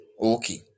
okay